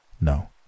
No